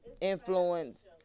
influence